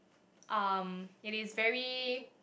um it is very